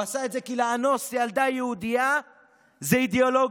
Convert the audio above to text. הוא עשה את זה כי לאנוס ילדה יהודייה זה אידיאולוגיה.